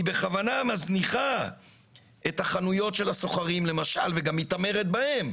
היא בכוונה מזניחה למשל את החנויות של הסוחרים וגם מתעמרת בהם,